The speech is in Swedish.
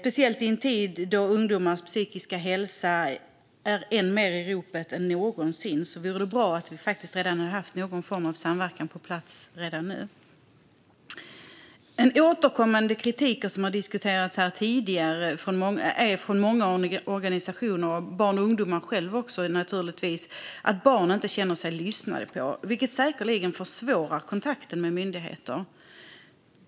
Med tanke på att ungdomars psykiska hälsa är mer i ropet än någonsin hade det varit bra om vi redan nu haft någon form av samverkan på plats. En återkommande kritik, som har diskuterats här tidigare och som kommer från många organisationer samt naturligtvis också barn och ungdomar själva, är att barn inte känner sig lyssnade på, vilket säkerligen försvårar kontakten med myndigheter.